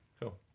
cool